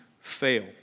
fail